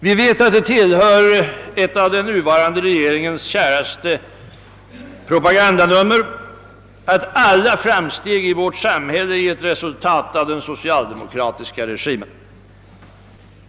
Vi vet att det är ett av den nuvarande regeringens käraste propagandanummer att alla framsteg i vårt samhälle är ett resultat av den socialdemokratiska regimen.